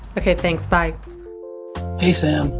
ok. thanks. bye hey, sam.